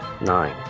Nine